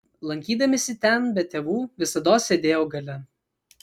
lankydamasi ten be tėvų visados sėdėjau gale